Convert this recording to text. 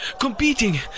competing